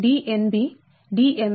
Dmn Dsx